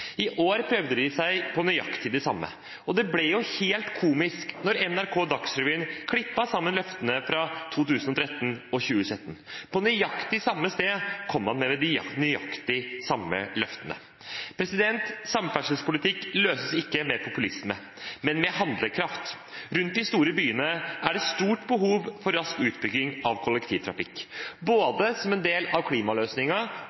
I år prøvde de seg på nøyaktig det samme. Og det ble jo helt komisk da NRK Dagsrevyen klippet sammen løftene fra 2013 og 2017. På nøyaktig samme sted kom man med nøyaktig de samme løftene. Samferdselspolitikk løses ikke med populisme, men med handlekraft. Rundt de store byene er det et stort behov for rask utbygging av kollektivtrafikk,